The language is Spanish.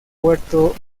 puerto